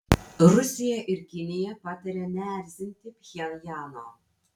rusija ir kinija pataria neerzinti pchenjano